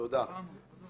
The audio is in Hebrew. (היו"ר איתן כבל, 15:41)